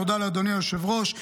תודה לאדוני היושב-ראש.